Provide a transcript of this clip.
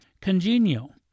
congenial